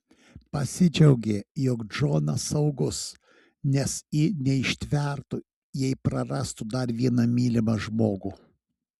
pasidžiaugė jog džonas saugus nes ji neištvertų jei prarastų dar vieną mylimą žmogų